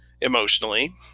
emotionally